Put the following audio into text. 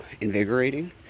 invigorating